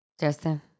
Justin